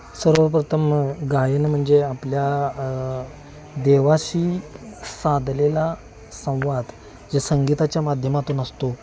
सर्वप्रथम गायन म्हणजे आपल्या देवाशी साधलेला संवाद जे संगीताच्या माध्यमातून असतो